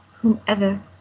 whomever